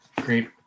great